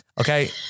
Okay